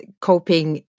coping